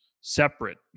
separate